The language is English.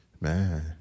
man